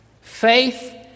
Faith